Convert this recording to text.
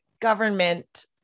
government